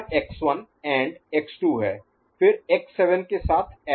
तो यह x1 and x2 है फिर x7 के साथ ऐड